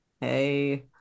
Hey